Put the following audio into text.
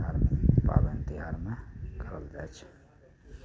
धार्मिक पाबनि तिहारमे सब जाइ छै